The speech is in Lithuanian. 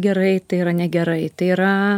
gerai tai yra negerai tai yra